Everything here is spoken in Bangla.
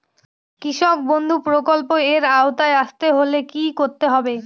কৃষকবন্ধু প্রকল্প এর আওতায় আসতে হলে কি করতে হবে?